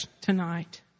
tonight